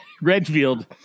Redfield